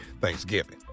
Thanksgiving